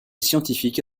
scientifique